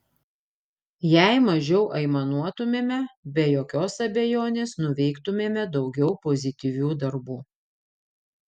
jei mažiau aimanuotumėme be jokios abejonės nuveiktumėme daugiau pozityvių darbų